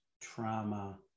trauma